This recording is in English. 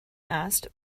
asked